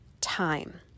time